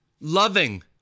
Loving